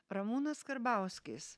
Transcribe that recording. ramūnas karbauskis